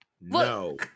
No